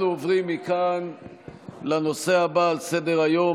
אנחנו עוברים לנושא הבא על סדר-היום,